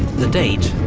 the date,